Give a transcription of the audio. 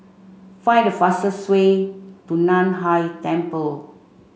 find the fastest way to Nan Hai Temple